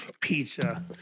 pizza